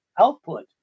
output